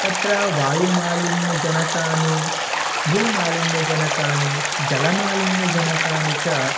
तत्र वायुमालिन्यजनकानि भूमालिन्यजनकानि जलमालिन्यजनकानि च